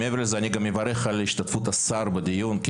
מעבר לזה אני גם מברך על השתתפות השר בדיון כי